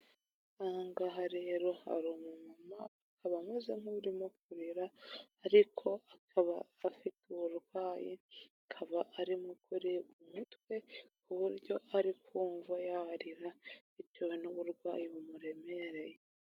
Aha ngaha rero hari umumama akaba ameze nk'urimo kurira ariko akaba afite uburwayi, akaba arimo kuribwa umutwe ku buryo ari kumva yarira bitewe n'uburwayi bumuremereye.